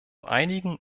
einigen